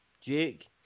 Jake